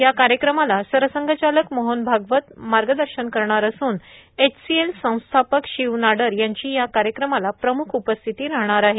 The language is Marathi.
या कार्यक्रमाला सरसंघचालक मोहन भागवत मार्गदर्शन करणार असून एचसीएलची संस्थापक शिव नाडर यांची या कार्यक्रमाला प्रमुख उपस्थिती राहणार आहे